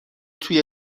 توی